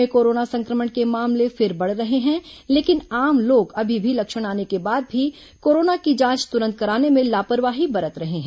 प्रदेश में कोरोना संक्रमण के मामले फिर बढ़ रहे हैं लेकिन आम लोग अभी भी लक्षण आने के बाद भी कोरोना की जांच तुरंत कराने में लापरवाही बरत रहे हैं